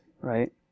Right